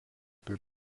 per